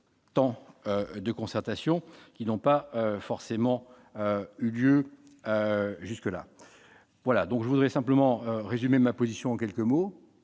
temps de concertation qui n'ont pas forcément eu lieu jusque-là voilà donc je voudrais simplement résumé ma position en quelques mots